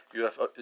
UFO